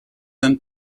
and